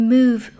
Move